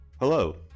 Hello